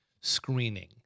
screening